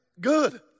good